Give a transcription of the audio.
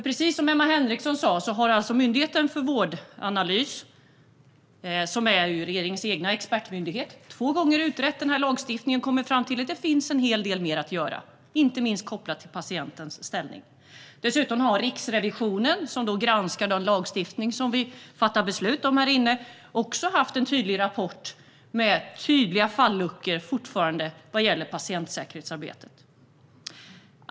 Precis som Emma Henriksson sa har myndigheten Vårdanalys, som är regeringens expertmyndighet, två gånger utrett denna lagstiftning och kommit fram till att det finns en hel del mer att göra, inte minst kopplat till patientens ställning. Dessutom har Riksrevisionen, som granskar den lagstiftning som vi här fattar beslut om, också haft en tydlig rapport. Det är fortfarande tydliga falluckor vad gäller patientsäkerhetsarbetet.